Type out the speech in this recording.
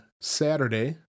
Saturday